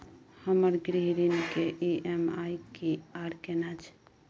हमर गृह ऋण के ई.एम.आई की आर केना छै?